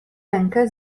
rękę